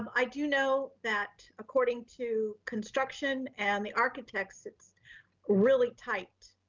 um i do know that according to construction and the architects it's really tight.